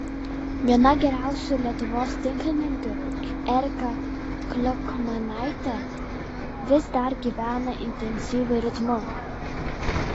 viena geriausių lietuvos tinklininkių erika kliokmanaitė vis dar gyvena intensyviu ritmu